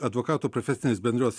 advokatų profesinės bendrijos